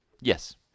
Yes